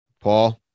Paul